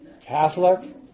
Catholic